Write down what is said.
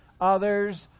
others